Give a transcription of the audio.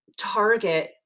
Target